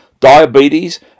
diabetes